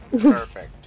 Perfect